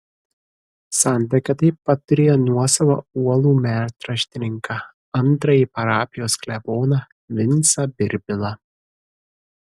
santaika taip pat turėjo nuosavą uolų metraštininką antrąjį parapijos kleboną vincą birbilą